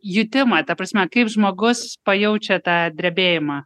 jutimą ta prasme kaip žmogus pajaučia tą drebėjimą